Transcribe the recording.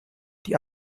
die